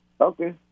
Okay